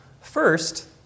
First